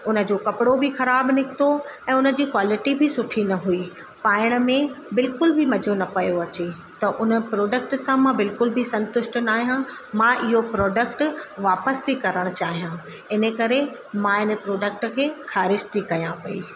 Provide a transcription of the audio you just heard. उन जो कपिड़ो बि ख़राबु निकितो ऐं उन जी क्वालिटी बि सुठी न हुई पाइण में बिल्कुल बि मज़ो न पियो अचे त उन प्रोडक्ट सां मां बिल्कुल बि संतुष्ट न आहियां मां इहो प्रोडक्ट वापसि थी करण चाहियां इन करे मां इन प्रोडक्ट खे ख़ारिज थी कयां पई